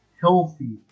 healthy